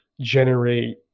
generate